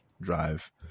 drive